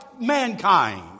mankind